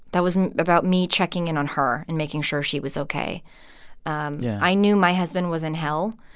that was about me checking in on her and making sure she was ok um yeah i knew my husband was in hell.